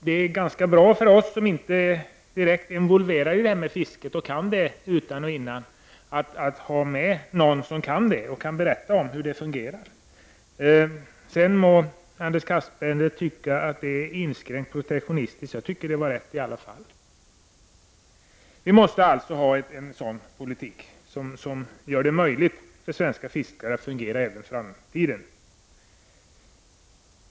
Det är ganska bra för oss som inte är direkt involverade i fisket och kan det utan och innan att ha med någon som kan det och kan berätta hur det fungerar. Anders Castberger må tycka att det är inskränkt och protektionistiskt — jag tycker i alla fall att det som Jens Eriksson sade var rätt. Vi måste alltså ha en politik som gör det möjligt för svenska fiskare att fungera även i framtiden.